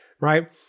right